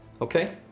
okay